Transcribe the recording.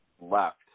left